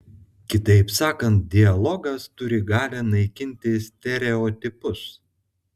kitaip sakant dialogas turi galią naikinti stereotipus